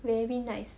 very nice